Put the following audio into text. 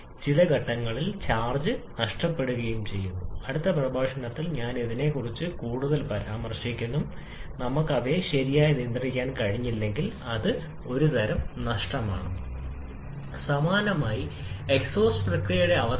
ഒന്നിൽ കുറവാണെങ്കിൽ അതിനർത്ഥം നമ്മൾ ആവശ്യമുള്ളതിനേക്കാൾ കൂടുതൽ വായു വിതരണം ചെയ്തു എന്നാണ് പൂർണ്ണമായ ജ്വലനം ആ മിശ്രിതത്തെ മെലിഞ്ഞ മിശ്രിതം എന്ന് വിളിക്കുന്നു